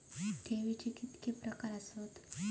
ठेवीचे कितके प्रकार आसत?